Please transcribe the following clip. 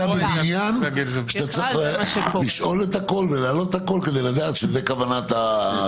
צריך לשאול הכול ולהעלות הכול כדי לדעת שזאת הכוונה.